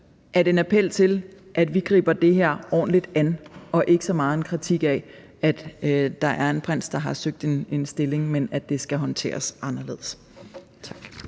er det en appel til, at vi griber det her ordentligt an, og ikke så meget en kritik af, at der er en prins, der har søgt en stilling. Men det skal håndteres anderledes. Tak.